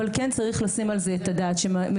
אבל כן צריך לשים על זה את הדעת שמדריכות